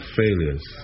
failures